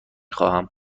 خواهم